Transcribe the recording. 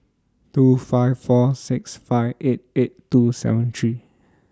two five four six five eight eight two seven three